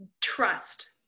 trust